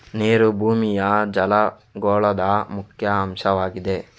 ನೀರು ಭೂಮಿಯ ಜಲಗೋಳದ ಮುಖ್ಯ ಅಂಶವಾಗಿದೆ